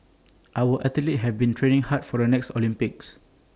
our athletes have been training hard for the next Olympics